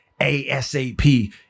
ASAP